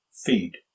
feed